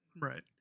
Right